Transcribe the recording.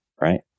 right